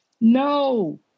No